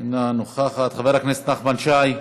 אינה נוכחת, חבר הכנסת נחמן שי,